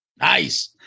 nice